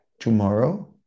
tomorrow